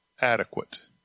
adequate